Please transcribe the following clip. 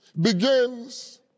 begins